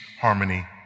harmony